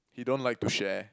he don't like to share